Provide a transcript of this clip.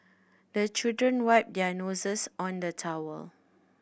the children wipe their noses on the towel